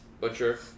butcher